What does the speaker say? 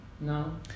No